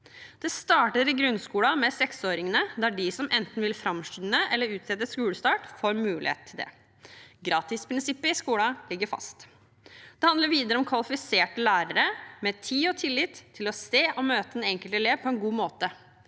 Det starter i grunnskolen med seksåringene, der de som enten vil framskynde eller utsette skolestart, får mulighet til det. Gratisprinsippet i skolen ligger fast. Det handler videre om kvalifiserte lærere med tid og tillit til å se og møte den enkelte elev på en god måte,